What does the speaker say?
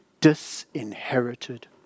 disinherited